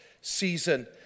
season